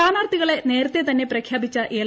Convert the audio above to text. സ്ഥാനാർത്ഥികളെ നേരത്തെ തന്നെ പ്രഖ്യാപിച്ച എൽ